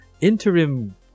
interim